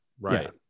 Right